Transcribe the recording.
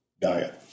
diet